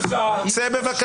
צא.